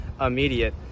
immediate